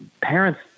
parents